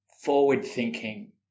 forward-thinking